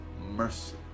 mercy